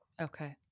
Okay